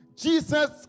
Jesus